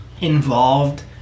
involved